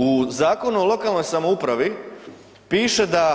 U Zakonu o lokalnoj samoupravi piše da